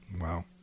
Wow